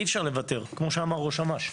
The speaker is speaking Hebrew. כמו שאמר ראש אמ"ש,